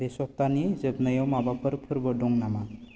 बे सप्तानि जोबनायाव माबाफोर फोरबो दं नामा